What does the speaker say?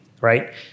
right